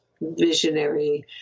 visionary